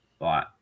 right